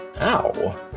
Ow